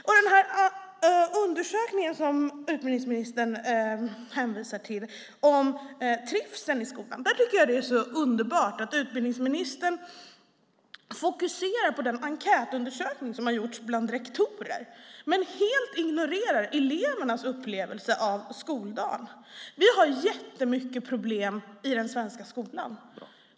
Ministern hänvisar till en undersökning om trivseln i skolan. Jag tycker att det är så underbart att utbildningsministern fokuserar på den enkätundersökning som har gjorts bland rektorer men helt ignorerar elevernas upplevelser av skoldagen. Vi har jättemycket problem i den svenska skolan.